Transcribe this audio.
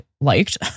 liked